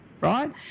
right